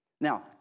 Now